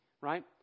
right